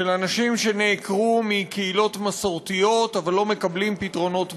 של אנשים שנעקרו מקהילות מסורתיות אבל לא מקבלים פתרונות מודרניים.